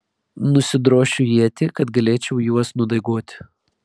nusidrošiu ietį kad galėčiau juos nudaigoti